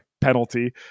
penalty